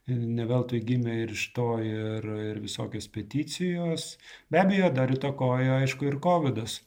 ne veltui gimė ir iš to ir ir visokios peticijos be abejo dar įtakojo aišku ir kovidas